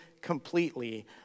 completely